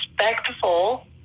respectful